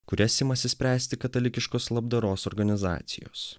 kurias imasi spręsti katalikiškos labdaros organizacijos